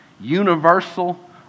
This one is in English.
universal